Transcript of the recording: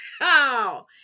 Wow